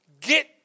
get